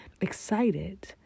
Excited